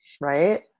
right